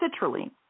citrulline